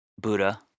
Buddha